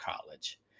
college